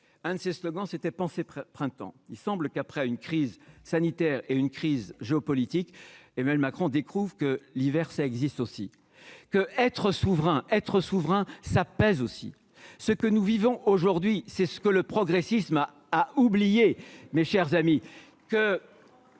un de ses slogans c'était penser printemps, il semble qu'après une crise sanitaire et une crise géopolitique et même Macron découvrent que l'hiver, ça existe aussi que être souverain être souverain ça pèse aussi ce que nous vivons aujourd'hui, c'est ce que le progressisme a oublié mes chers amis,